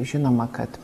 žinoma kad